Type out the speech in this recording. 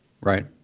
Right